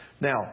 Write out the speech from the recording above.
Now